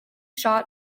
shot